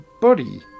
body